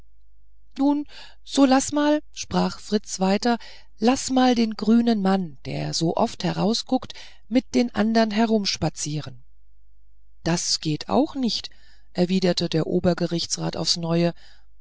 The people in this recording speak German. nun so laß mal sprach fritz weiter laß mal den grünen mann der so oft herausguckt mit den an dern herumspazieren das geht auch nicht erwiderte der obergerichtsrat aufs neue